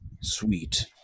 Sweet